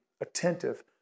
attentive